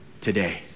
today